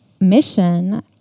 mission